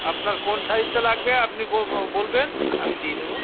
আপনার কোন সাইজটা লাগবে আপনি বলবেন আমি দিয়ে দেব